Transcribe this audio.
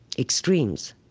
extremes.